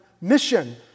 mission